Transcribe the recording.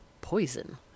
Poison